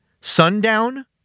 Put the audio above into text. Sundown